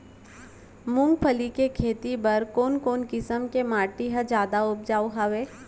मूंगफली के खेती बर कोन कोन किसम के माटी ह जादा उपजाऊ हवये?